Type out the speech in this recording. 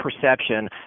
perception